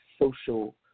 social